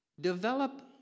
Develop